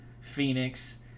Phoenix